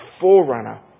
forerunner